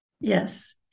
Yes